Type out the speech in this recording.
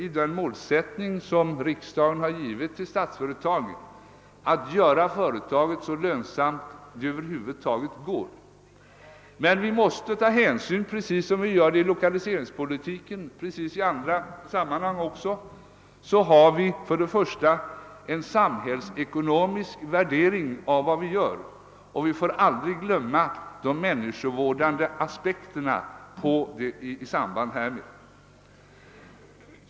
I den målsättning som riksdagen har angivit för Statsföretag ligger att man skall göra företaget så lönsamt som det över huvud taget är möjligt, men vi måste, precis som inom lokaliseringspolitiken och i vissa andra sammanhang, tillämpa en samhällsekonomisk värdering av vad vi gör, och vi får aldrig glömma de människovårdande aspekterna i samband härmed.